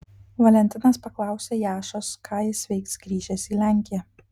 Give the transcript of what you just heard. valentinas paklausė jašos ką jis veiks grįžęs į lenkiją